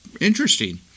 interesting